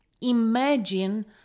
imagine